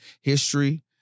history